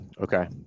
okay